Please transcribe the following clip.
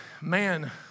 man